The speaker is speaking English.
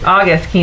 August